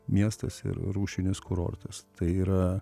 miestas ir rūšinis kurortas tai yra